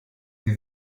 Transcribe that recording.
sie